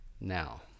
now